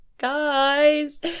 guys